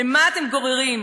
למה אתם גוררים?